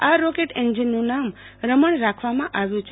આ રોકેટ એન્જિનનું નામ રમણ રાખવામાં આવ્યું છે